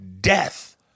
death